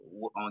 on